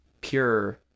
pure